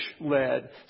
led